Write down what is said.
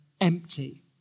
empty